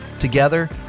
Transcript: Together